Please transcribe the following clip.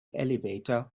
elevator